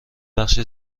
بخش